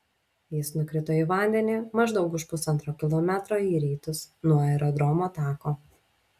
jis nukrito į vandenį maždaug už pusantro kilometro į rytus nuo aerodromo tako